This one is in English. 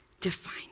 define